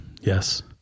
Yes